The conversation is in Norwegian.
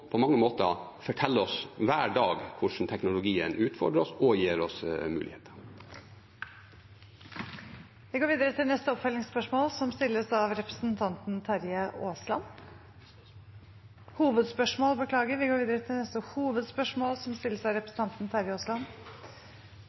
på mange måter forteller oss hver dag hvordan teknologien utfordrer oss og gir oss muligheter. Vi går videre til neste hovedspørsmål. Norge ligger på bunnen blant OECD-landene når det gjelder eksportfremme. Vi